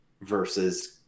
versus